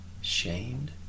shamed